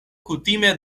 kutime